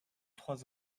trois